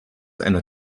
einer